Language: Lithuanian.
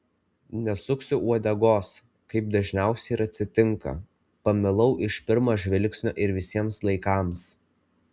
nesuksiu uodegos kaip dažniausiai ir atsitinka pamilau iš pirmo žvilgsnio ir visiems laikams